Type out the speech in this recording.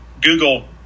Google